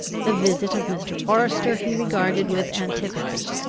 the visit of mr. forester he regarded with antipathy.